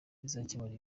izakemura